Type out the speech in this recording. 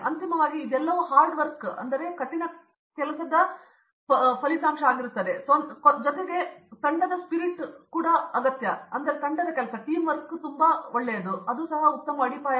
ಮತ್ತು ಅಂತಿಮವಾಗಿ ಇದು ಎಲ್ಲಾ ಹಾರ್ಡ್ ಕೆಲಸ ಜೊತೆಗೆ ತಂಡದ ಸ್ಪಿರಿಟ್ ಜೊತೆಗೆ ಉತ್ತಮ ಅಡಿಪಾಯ